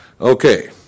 Okay